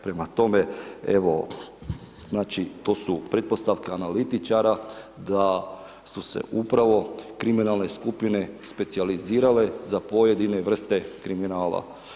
Prema tome, evo znači to su pretpostavke analitičara da su se upravo kriminalne skupine specijalizirale za pojedine vrste kriminala.